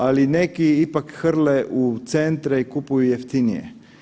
Ali neki ipak hrle u centre i kupuju jeftinije.